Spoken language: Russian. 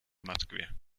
москве